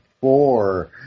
four